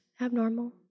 abnormal